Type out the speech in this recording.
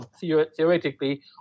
theoretically